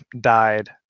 died